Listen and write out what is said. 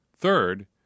Third